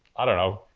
i don't know.